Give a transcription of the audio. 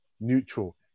neutral